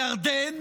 ירדן,